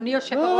אדוני היושב-ראש,